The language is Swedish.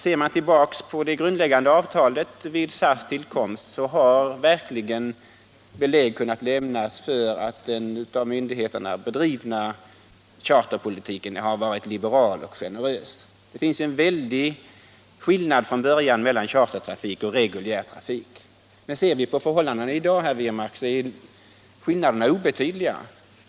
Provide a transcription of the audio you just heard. Ser man tillbaka på det grundläggande avtal som träffades vid SAS tillkomst kan man verkligen finna belägg för att den av myndigheterna bedrivna charterpolitiken har varit liberal och generös. Det var till en början en väldig skillnad mellan chartertrafik och reguljär trafik. Men ser vi på förhållandena i dag, finner vi att skillnaderna är obetydliga.